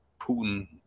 putin